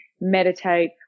meditate